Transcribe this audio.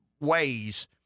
ways